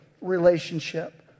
relationship